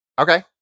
Okay